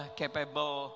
capable